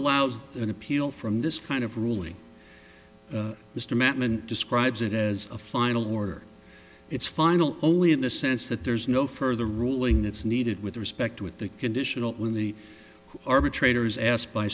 allows an appeal from this kind of ruling mr matalin describes it as a final order it's final only in the sense that there's no further ruling that's needed with respect with the conditional when the arbitrator is asked by